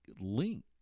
link